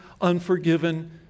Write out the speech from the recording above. unforgiven